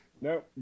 no